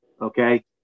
okay